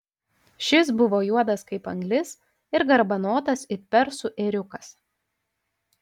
šis buvo juodas kaip anglis ir garbanotas it persų ėriukas